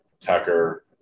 Tucker